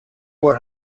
were